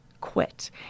quit